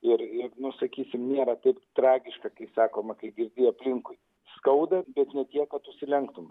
ir jeigu nu sakysim nėra taip tragiška kai sakoma kai girdi aplinkui skauda bet ne tiek kad užsilenktum